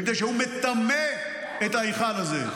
מפני שהוא מטמא את ההיכל הזה.